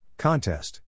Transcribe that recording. Contest